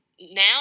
now